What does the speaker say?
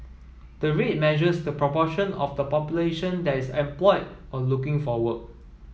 the rate measures the proportion of the population that is employed or looking for work